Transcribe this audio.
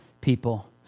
people